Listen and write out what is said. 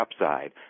upside